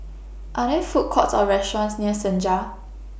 Are There Food Courts Or restaurants near Senja